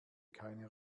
keine